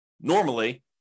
normally